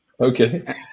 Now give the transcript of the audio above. Okay